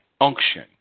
unction